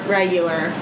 regular